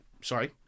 sorry